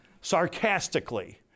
sarcastically